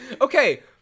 okay